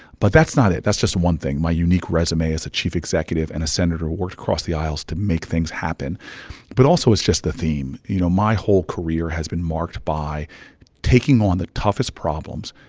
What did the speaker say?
but that's not it. that's just one thing my unique resume as a chief executive and a senator who worked across the aisles to make things happen but also it's just the theme you know, my whole career has been marked by taking on the toughest problems,